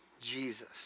Jesus